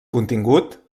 contingut